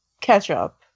Ketchup